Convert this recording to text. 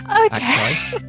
Okay